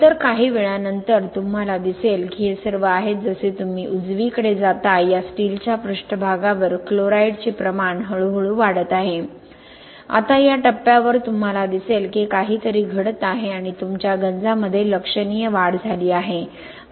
नंतर काही वेळानंतर तुम्हाला दिसेल की हे सर्व आहेत जसे तुम्ही उजवीकडे जाता या स्टीलच्या पृष्ठभागावर क्लोराईडचे प्रमाण हळूहळू वाढत आहे आता या टप्प्यावर तुम्हाला दिसेल की काहीतरी घडत आहे आणि तुमच्या गंजामध्ये लक्षणीय वाढ झाली आहे